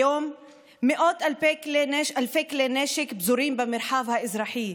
כיום מאות אלפי כלי נשק פזורים במרחב האזרחי.